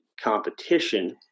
competition